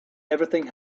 everything